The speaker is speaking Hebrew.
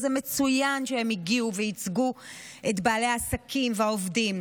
זה מצוין שהם הגיעו וייצגו את בעלי העסקים והעובדים,